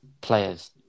players